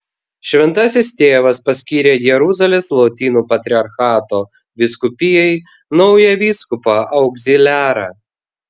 šventasis tėvas paskyrė jeruzalės lotynų patriarchato vyskupijai naują vyskupą augziliarą